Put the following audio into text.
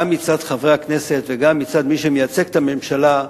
גם מצד חברי הכנסת וגם מצד מי שמייצג את הממשלה,